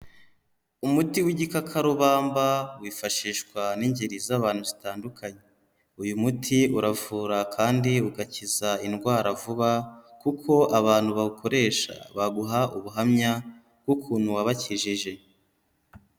Umuti w'igikakarubamba wifashishwa n'ingeri z'abantu zitandukanye, uyu muti uravura kandi ugakiza indwara vuba kuko abantu bawukoresha baguha ubuhamya bw'ukuntu wabakijije.